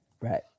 Right